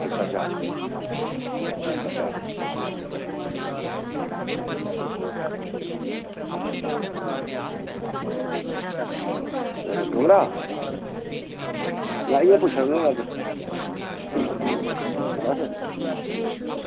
अच्छा अच्छा अच्छा नेईं कमरा नेईं ऐहीं पुच्छा ना बस ठीक